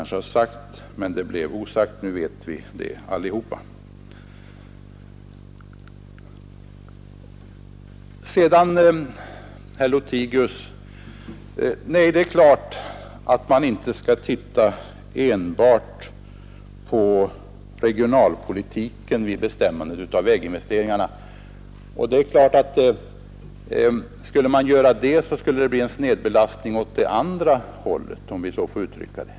Sedan är det klart, herr Lothigius, att man inte skall se enbart på regionalpolitiken vid bestämmandet av väginvesteringarna. Gör man det kan följden bli en snedbelastning åt andra hållet, om jag så får uttrycka det.